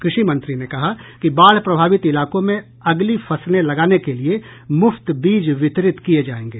कृषि मंत्री ने कहा कि बाढ प्रभावित इलाकों में अगली फसलें लगाने के लिए मुफ्त बीज वितरित किये जायेंगे